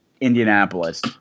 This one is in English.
Indianapolis